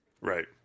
Right